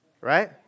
Right